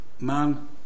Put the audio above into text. Man